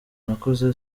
nakoze